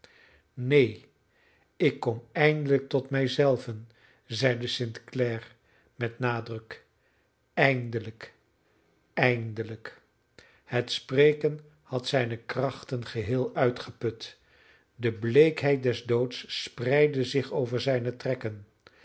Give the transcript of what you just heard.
neen ik kom eindelijk tot mij zelven zeide st clare met nadruk eindelijk eindelijk het spreken had zijne krachten geheel uitgeput de bleekheid des doods spreidde zich over zijne trekken